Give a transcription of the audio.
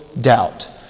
doubt